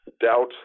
doubt